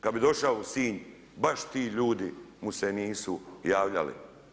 Kada bi došao u Sinj, baš ti ljudi mu se nisu javljali.